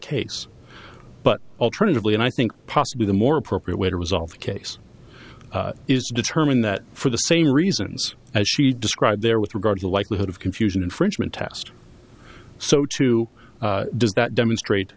case but alternatively and i think possibly the more appropriate way to resolve the case is determine that for the same reasons as she described there with regard to likelihood of confusion infringement test so too does that demonstrate